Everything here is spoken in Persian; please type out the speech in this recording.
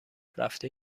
رفته